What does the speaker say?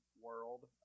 world